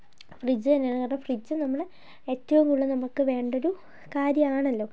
fridge തന്നെ കാരണം fridge നമ്മൾ ഏറ്റവും കൂടുതൽ നമുക്ക് വേണ്ടൊരു കാര്യമാണല്ലോ